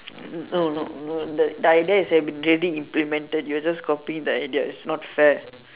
no no no the the idea is already implemented you're just copying the ideas it's not fair